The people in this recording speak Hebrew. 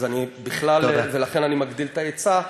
אז אני בכלל, ולכן אני מגדיל את ההיצע.